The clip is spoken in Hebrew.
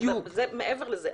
זה מעבר לזה.